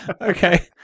Okay